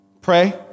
Pray